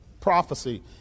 Prophecy